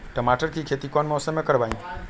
टमाटर की खेती कौन मौसम में करवाई?